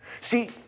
See